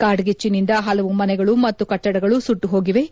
ಕಾಡ್ಡಿಚ್ಚಿನಿಂದ ಹಲವು ಮನೆಗಳು ಮತ್ತು ಕಟ್ಟಡಗಳು ಸುಟ್ಟು ಹೋಗಿವೆ